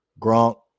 Gronk